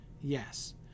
yes